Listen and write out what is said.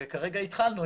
כרגע התחלנו.